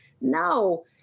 No